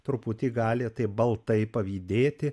truputį gali taip baltai pavydėti